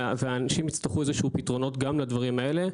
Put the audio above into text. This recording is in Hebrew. אנשים יצטרכו פתרונות גם לדברים האלה.